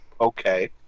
Okay